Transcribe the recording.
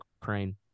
crane